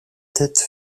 tête